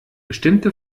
bestimmte